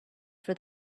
for